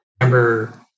remember